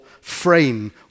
frame